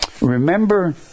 Remember